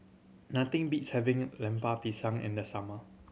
nothing beats having Lemper Pisang in the summer